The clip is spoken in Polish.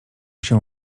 się